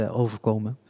overkomen